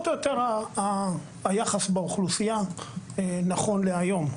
או יותר היחס באוכלוסייה נכון להיום.